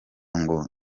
ngo